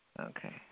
Okay